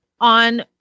on